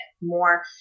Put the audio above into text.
more